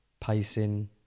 pacing